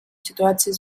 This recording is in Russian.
ситуации